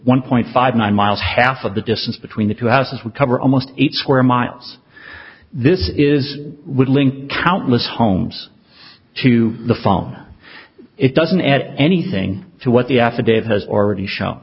one point five nine miles half of the distance between the two houses would cover almost eight square miles this is would link countless homes to the phone it doesn't add anything to what the affidavit has already show